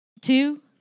two